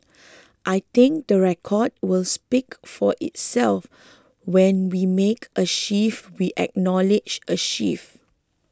I think the record will speak for itself when we make a shift we acknowledge a shift